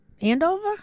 Andover